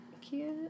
Cute